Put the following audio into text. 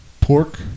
pork